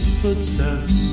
footsteps